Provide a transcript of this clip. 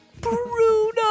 Bruno